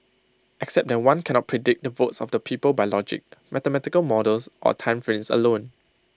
except that one cannot predict the votes of the people by logic mathematical models or time frames alone